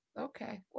Okay